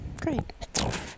great